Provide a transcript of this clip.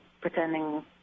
pretending